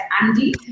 Andy